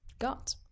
got